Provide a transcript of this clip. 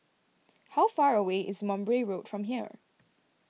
how far away is Mowbray Road from here